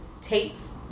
takes